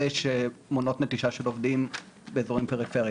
שמונות נטישה של עובדים באזורי פריפריה.